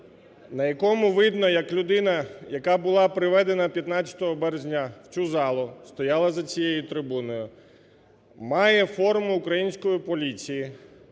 на якому видно, як людина, яка була приведена 15 березня в цю залу, стояла за цією трибуною, має форму української поліції,